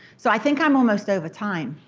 so, i think i'm almost over time,